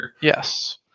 Yes